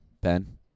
Ben